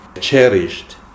cherished